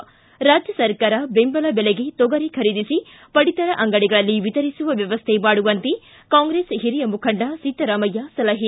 ಿ ರಾಜ್ಯ ಸರ್ಕಾರ ಬೆಂಬಲ ಬೆಲೆಗೆ ತೊಗರಿ ಖರೀದಿಸಿ ಪಡಿತರ ಅಂಗಡಿಗಳಲ್ಲಿ ವಿತರಿಸುವ ವ್ಯವಸ್ಥೆ ಮಾಡುವಂತೆ ಕಾಂಗ್ರೆಸ್ ಹಿರಿಯ ಮುಖಂಡ ಸಿದ್ದರಾಮಯ್ಲ ಸಲಹೆ